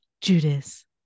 Judas